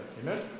Amen